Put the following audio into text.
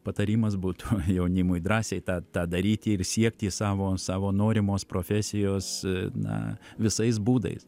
patarimas būtų jaunimui drąsiai tą tą daryti ir siekti savo savo norimos profesijos na visais būdais